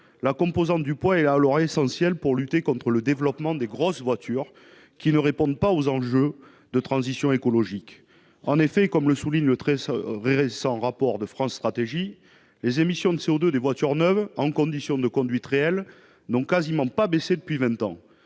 en compte du poids est essentielle pour lutter contre le développement des grosses voitures, qui ne répondent pas aux enjeux de transition écologique. En effet, et comme le souligne le très récent rapport de France Stratégie, les émissions de CO2 des voitures neuves dans les conditions de conduite réelles n'ont quasiment pas baissé depuis vingt ans.